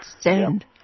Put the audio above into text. stand